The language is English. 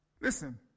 listen